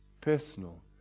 Personal